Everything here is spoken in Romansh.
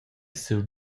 siu